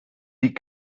die